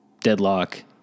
deadlock